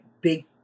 big